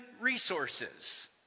resources